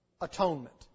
atonement